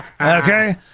Okay